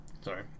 Sorry